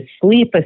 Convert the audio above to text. sleep